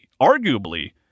Arguably